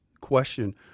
question